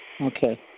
Okay